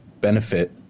benefit